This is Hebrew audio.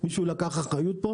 מישהו לקח אחריות פה?